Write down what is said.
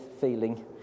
feeling